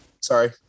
Sorry